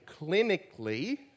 clinically